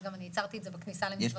וגם אני הצהרתי את זה בכניסה למשרדי הממשלה.